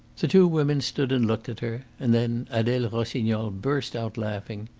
the two women stood and looked at her and then adele rossignol burst out laughing.